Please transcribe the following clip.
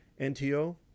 NTO